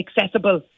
accessible